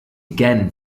again